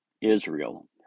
Israel